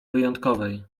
wyjątkowej